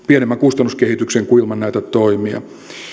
pienemmän kustannuskehityksen kuin ilman näitä toimia